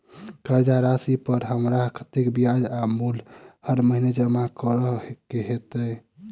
कर्जा राशि पर हमरा कत्तेक ब्याज आ मूल हर महीने जमा करऽ कऽ हेतै?